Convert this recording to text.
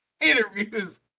interviews